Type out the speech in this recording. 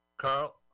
Carl